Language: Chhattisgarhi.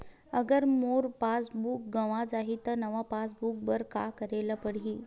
अगर मोर पास बुक गवां जाहि त नवा पास बुक बर का करे ल पड़हि?